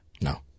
No